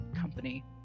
company